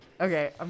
Okay